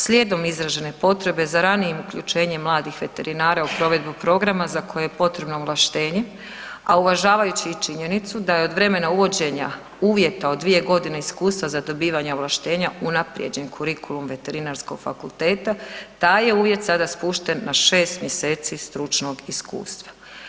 Slijedom izražene potrebe za ranijim uključenjem mladih veterinara u provedbu programa za koji je potrebno ovlaštenje, a uvažavajući i činjenicu da je od vremena uvođenja uvjeta od 2 godine iskustva za dobivanje ovlaštenja unaprijeđen kurikulum Veterinarskog fakulteta, taj je uvjet sada spušten na 6 mjeseci stručnog iskustva.